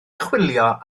chwilio